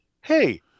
hey